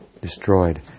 destroyed